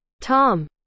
tom